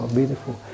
beautiful